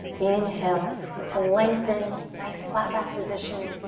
inhale to lengthen. nice, flat back position.